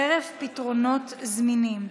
חרף פתרונות זמינים,